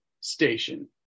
station